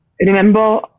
remember